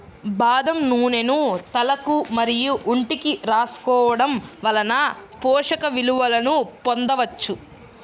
బాదం నూనెను తలకు మరియు ఒంటికి రాసుకోవడం వలన పోషక విలువలను పొందవచ్చు